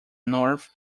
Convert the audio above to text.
north